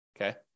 okay